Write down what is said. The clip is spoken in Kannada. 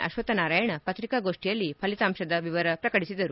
ಅಶ್ವಥ ನಾರಾಯಣ ಪ್ರಿಕಾಗೋಷ್ಯಿಯಲ್ಲಿ ಫಲಿತಾಂಶದ ವಿವರ ಪ್ರಕಟಿಸಿದರು